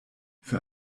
für